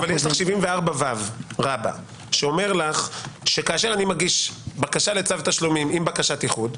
אבל יש לך 74ו שאומר לך שכאשר אני מגיש בקשה לצו תשלומים עם בקשת איחוד,